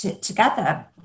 together